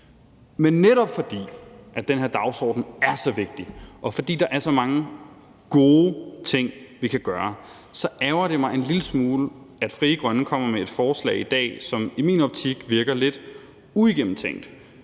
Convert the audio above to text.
Men netop fordi den her dagsorden er så vigtig, og fordi der er så mange gode ting, vi kan gøre, ærgrer det mig en lille smule, at Frie Grønne i dag kommer med et forslag, som i min optik virker lidt uigennemtænkt.